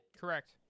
Correct